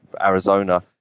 Arizona